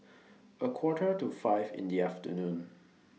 A Quarter to five in The afternoon